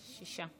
שישה.